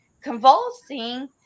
convulsing